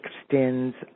extends